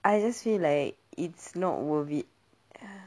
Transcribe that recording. I just feel like it's not worth it